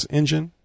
engine